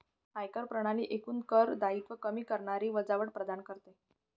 आयकर प्रणाली एकूण कर दायित्व कमी करणारी वजावट प्रदान करते